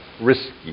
risky